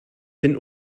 den